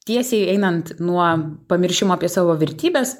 tiesiai einant nuo pamišimo apie savo vertybes